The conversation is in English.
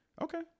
okay